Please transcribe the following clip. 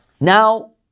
Now